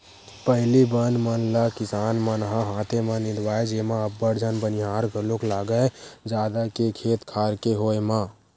पहिली बन मन ल किसान मन ह हाथे म निंदवाए जेमा अब्बड़ झन बनिहार घलोक लागय जादा के खेत खार के होय म